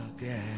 again